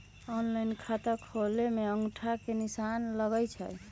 Online खाता खोले में अंगूठा के निशान लगहई?